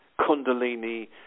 kundalini